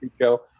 show